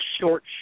short